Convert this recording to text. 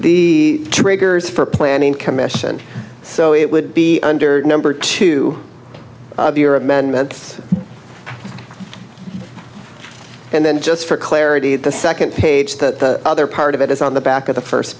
the triggers for planning commission so it would be under number two amendments and then just for clarity the second page the other part of it is on the back of the first